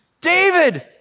David